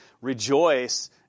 rejoice